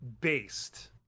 based